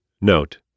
Note